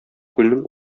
күлнең